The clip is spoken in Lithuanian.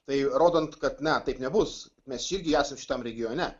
tai rodant kad na taip nebus mes čia irgi esam šitam regione